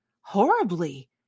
Horribly